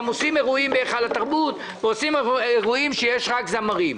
גם עושים אירועים בהיכל התרבות ועושים אירועים שיש בהם רק זמרים.